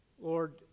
Lord